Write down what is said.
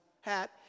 hat